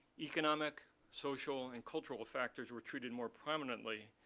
economic, social, and cultural factors we're treated more prominently.